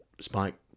Spike